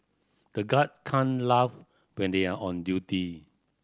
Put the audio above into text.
the guard can't laugh when they are on duty